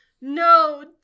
No